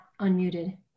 unmuted